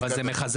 אבל זה מחזק.